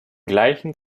gleichen